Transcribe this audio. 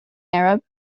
arab